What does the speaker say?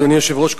אדוני היושב-ראש,